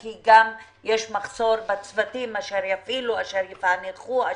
כי יש מחסור גם בצוותים שיפעילו ויפענחו.